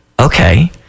Okay